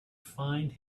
find